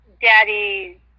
daddy